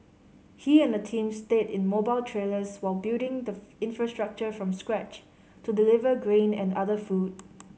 he and a team stayed in mobile trailers while building the infrastructure from scratch to deliver grain and other food